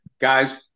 Guys